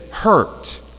hurt